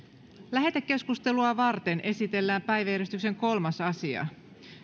lähetekeskustelua varten esitellään päiväjärjestyksen kolmas asia